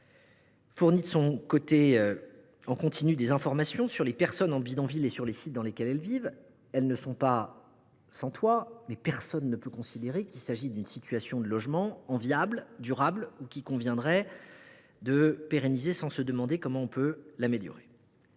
fournit de son côté en continu des informations sur les personnes en bidonville et sur les sites dans lesquels elles vivent. Ces personnes ne sont pas sans toit, mais personne ne peut considérer qu’il s’agit d’une situation de logement enviable, durable ou qu’il conviendrait de pérenniser sans l’améliorer.